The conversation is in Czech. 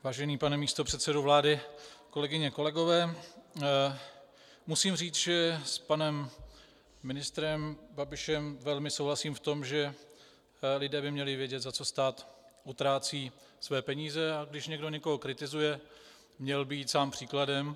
Vážený pane místopředsedo vlády, kolegyně, kolegové, musím říci, že s panem ministrem Babišem velmi souhlasím v tom, že lidé by měli vědět, za co stát utrácí své peníze, a když někdo někoho kritizuje, měl by jít sám příkladem.